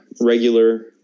regular